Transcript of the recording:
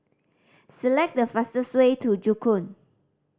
select the fastest way to Joo Koon